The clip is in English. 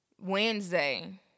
Wednesday